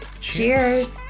Cheers